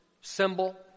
symbol